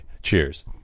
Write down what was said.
Cheers